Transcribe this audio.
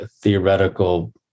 theoretical